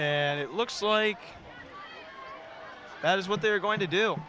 and it looks like that is what they're going to do